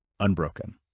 Unbroken